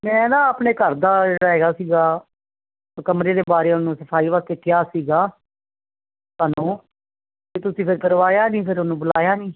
ਮੈਂ ਨਾ ਆਪਣੇ ਘਰ ਦਾ ਜਿਹੜਾ ਹੈਗਾ ਸੀਗਾ ਕਮਰੇ ਦੇ ਬਾਰੀਆ ਨੂੰ ਨੂੰ ਸਫਾਈ ਵਾਸਤੇ ਕਿਹਾ ਸੀਗਾ ਤੁਹਾਨੂੰ ਤੇ ਤੁਸੀਂ ਫਿਰ ਕਰਵਾਇਆ ਨੀ ਫਿਰ ਉਹਨੂੰ ਬੁਲਾਇਆ ਨੀ